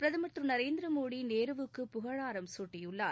பிரதமர் திரு நரேந்திர மோடி நேரு வுக்கு புகழாரம் சூட்டியுள்ளார்